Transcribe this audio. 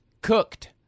cooked